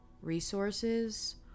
resources